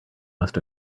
must